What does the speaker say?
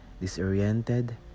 disoriented